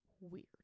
weird